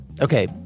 Okay